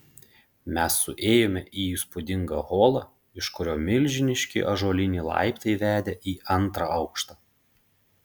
mes suėjome į įspūdingą holą iš kurio milžiniški ąžuoliniai laiptai vedė į antrą aukštą